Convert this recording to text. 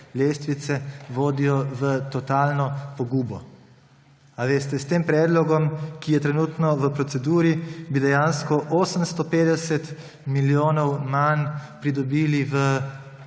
vodijo v totalno pogubo. S tem predlogom, ki je trenutno v proceduri, bi dejansko 850 milijonov manj pridobili v